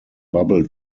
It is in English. bubble